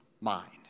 mind